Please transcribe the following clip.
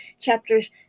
chapters